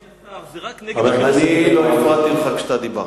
זה רק נגד החינוך, אני לא הפרעתי לך כשאתה דיברת.